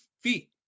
feet